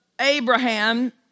Abraham